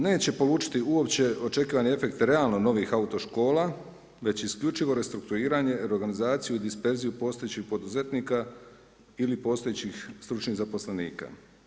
Neće polučiti uopće očekivani efekt realno novih autoškola, već isključivo restrukturiranje, reorganizaciju i disperziju postojećih poduzetnika ili postojećih stručnih zaposlenika.